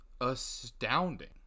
astounding